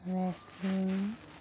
wrestling